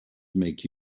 make